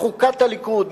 לחוקת הליכוד.